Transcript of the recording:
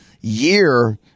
year